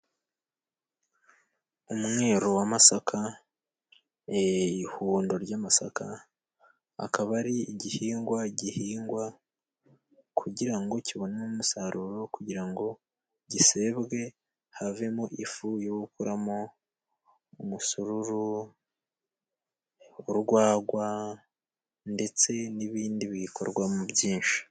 Umwero w'amasaka, ihundo ry'amasaka akaba ari igihingwa gihingwa kugira ngo kibone umusaruro, kugira ngo gisebwe havemo ifu yo gukuramo umusururu, urwagwa, ndetse n'ibindi biyikorwamo byinshi.